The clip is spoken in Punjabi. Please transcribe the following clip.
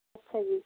ਅੱਛਾ ਜੀ